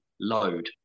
load